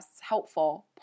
helpful